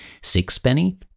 Sixpenny